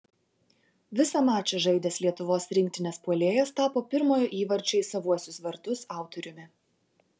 visą mačą žaidęs lietuvos rinktinės puolėjas tapo pirmojo įvarčio į savuosius vartus autoriumi